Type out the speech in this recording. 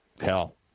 hell